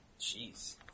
Jeez